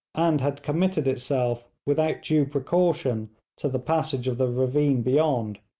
and had committed itself without due precaution to the passage of the ravine beyond,